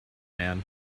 man